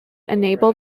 enabled